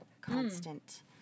constant